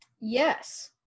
yes